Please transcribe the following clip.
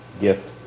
gift